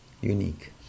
unique